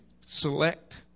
select